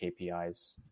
kpis